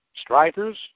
Strikers